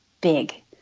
big